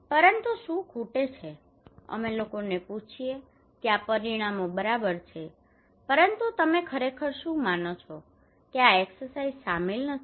પરંતુ શું ખૂટે છે અમે લોકોને પૂછીએ કે આ પરિમાણો બરાબર છે પરંતુ તમે ખરેખર શું માનો છો કે આ એક્સરસાઇઝ શામેલ નથી